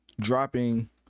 dropping